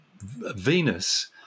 venus